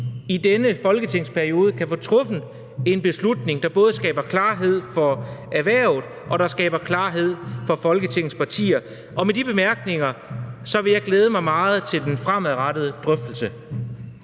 i denne folketingsperiode kan få truffet en beslutning, der både skaber klarhed for erhvervet og for Folketingets partier. Og med de bemærkninger vil jeg glæde mig meget til den fremadrettede drøftelse.